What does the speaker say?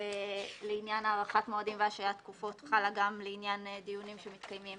לעניין הארכת מועדים והשהיית תקופות חלה גם לעניין דיונים שמתקיימים